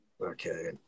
okay